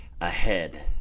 ahead